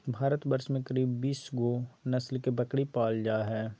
भारतवर्ष में करीब बीस गो नस्ल के बकरी पाल जा हइ